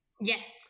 Yes